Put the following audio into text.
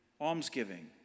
Almsgiving